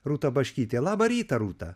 rūta baškytė labą rytą rūta